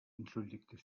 entschuldigte